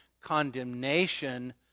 condemnation